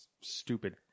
stupid